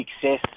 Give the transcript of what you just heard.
success